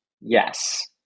yes